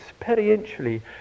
experientially